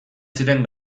ziren